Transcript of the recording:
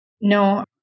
no